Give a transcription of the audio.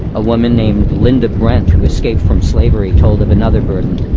a woman named linda brent who escaped from slavery told of another burden